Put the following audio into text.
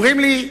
אומרים לי: